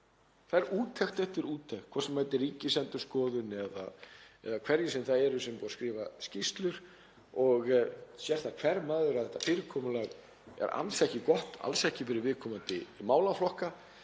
Það er úttekt eftir úttekt, hvort sem er frá Ríkisendurskoðun eða öðrum sem eru búnir að skrifa skýrslur og það sér það hver maður að þetta fyrirkomulag er alls ekki gott, alls ekki fyrir viðkomandi málaflokka